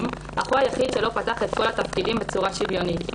אך הוא היחיד שלא פתח את כל התפקידים בצורה שוויונית?